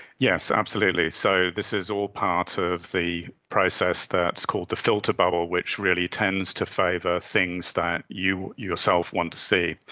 yes, absolutely. so this is all part of the process that is called the filter bubble which really tends to favour things that you yourself want to see.